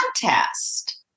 contest